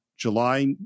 July